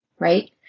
right